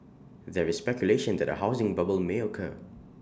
there is speculation that A housing bubble may occur